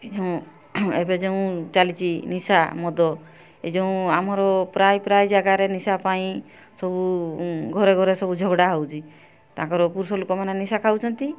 ହଁ ଏବେ ଯୋଉଁ ଚାଲିଛି ନିଶା ମଦ ଏ ଯେଉଁ ଆମର ପ୍ରାଏ ପ୍ରାଏ ଜାଗାରେ ନିଶା ପାଇଁ ସବୁ ଘରେ ଘରେ ସବୁ ଝଗଡ଼ା ହେଉଛି ତାଙ୍କର ପୁରୁଷ ଲୋକମାନେ ନିଶା ଖାଉଛନ୍ତି